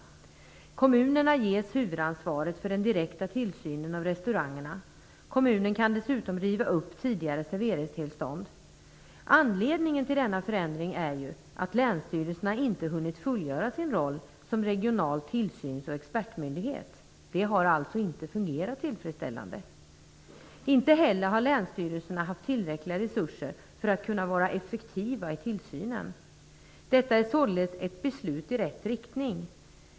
Kommunerna ges huvudansvaret för den direkta tillsynen av restaurangerna. Kommunen kan dessutom riva upp tidigare serveringstillstånd. Anledningen till denna förändring är ju att länsstyrelserna inte har hunnit fullgöra sin roll som regional tillsyns och expertmyndighet. Det har alltså inte fungerat tillfredsställande. Inte heller har länsstyrelserna haft tillräckliga resurser för att kunna vara effektiva i tillsynen. Detta är således ett beslut i rätt riktning.